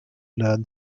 learn